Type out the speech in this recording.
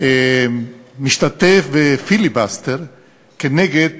משתתף בפיליבסטר כנגד